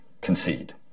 concede